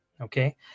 okay